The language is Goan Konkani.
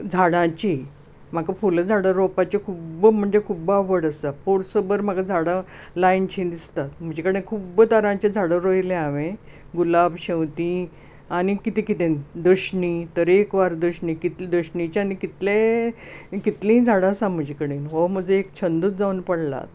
झाडांची म्हाका फुलां झाडां रोंवपाची खूब्ब म्हणजे खूब्ब आवड आसा पोरसूभर म्हाका झाडां लायन शीं दिसतात म्हजे कडेन खूब्ब तरांचीं झाडां रोयल्यांत हांवें गुलाब शेवतीं आनीक कितें कितें दशणीं तरेकवार दशणीं कितलें दशणींचें आनी कितलें कितलीं झाडां आसा म्हजे कडेन हो म्हजो एक छंदूच जावन पडला आतां